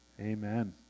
Amen